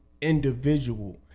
individual